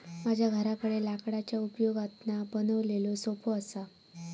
माझ्या घराकडे लाकडाच्या उपयोगातना बनवलेलो सोफो असा